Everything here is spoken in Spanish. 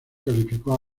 calificó